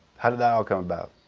how did that all come about?